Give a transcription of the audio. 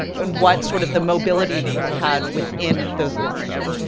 and what, sort of, the mobility people had within those businesses.